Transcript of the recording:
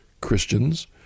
Christians